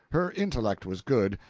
her intellect was good,